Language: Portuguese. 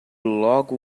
logo